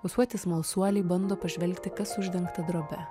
ūsuoti smalsuoliai bando pažvelgti kas uždengta drobe